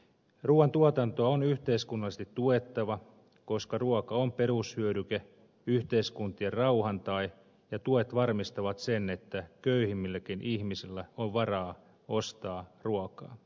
ruuan tuotantoa on yhteiskunnallisesti tuettava koska ruoka on perushyödyke yhteiskuntien rauhan tae ja tuet varmistavat sen että köyhimmilläkin ihmisillä on varaa ostaa ruokaa